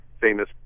famous